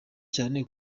cyane